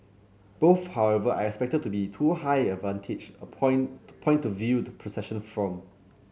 both however are expected to be too high a vantage a point point to view the procession from